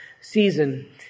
season